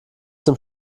zum